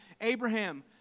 Abraham